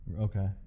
Okay